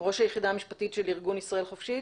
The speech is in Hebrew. ראש היחידה המשפטית של ארגון 'ישראל חופשית'?